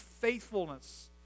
faithfulness